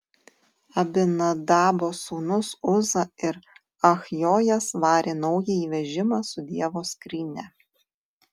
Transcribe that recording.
abinadabo sūnūs uza ir achjojas varė naująjį vežimą su dievo skrynia